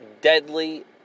deadly